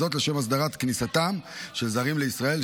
זאת לשם הסדרת כניסתם של זרים לישראל,